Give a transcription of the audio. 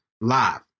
live